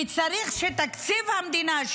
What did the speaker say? וצריך שתקציב המדינה,